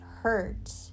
hurt